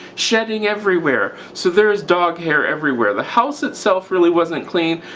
shedding everywhere. so there is dog hair everywhere. the house itself really wasn't clean.